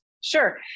Sure